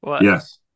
Yes